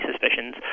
suspicions